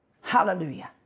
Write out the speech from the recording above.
Hallelujah